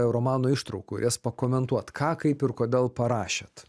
romano ištraukų ir jas pakomentuot ką kaip ir kodėl parašėt